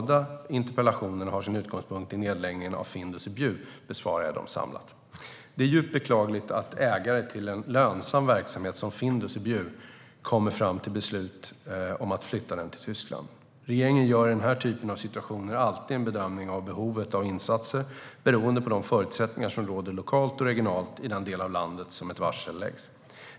Det är djupt beklagligt att ägare till en lönsam verksamhet som Findus i Bjuv kommer fram till beslut om att flytta den till Tyskland. Regeringen gör i den här typen av situationer alltid en bedömning av behovet av insatser beroende på de förutsättningar som råder lokalt och regionalt i den del av landet där ett varsel läggs.